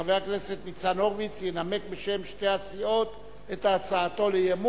חבר הכנסת ניצן הורוביץ ינמק בשם שתי הסיעות את הצעתו לאי-אמון.